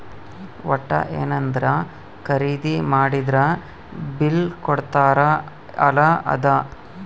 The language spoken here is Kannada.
ವಟ್ಟ ಯೆನದ್ರ ಖರೀದಿ ಮಾಡಿದ್ರ ಬಿಲ್ ಕೋಡ್ತಾರ ಅಲ ಅದ